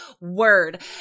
word